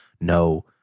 no